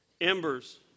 embers